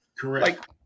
correct